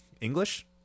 English